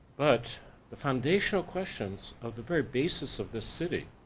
but the foundational questions of the very basis of this city,